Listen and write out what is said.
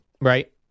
Right